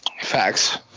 Facts